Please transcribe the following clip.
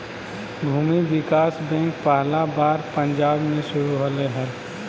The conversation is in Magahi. भूमि विकास बैंक पहला बार पंजाब मे शुरू होलय हल